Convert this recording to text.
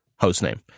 hostname